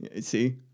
See